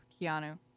Keanu